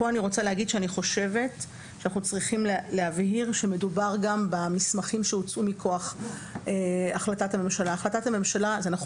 לרבות הסכמים שנחתמו מכוח החלטות הממשלה ומסמכי